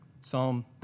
Psalm